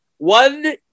one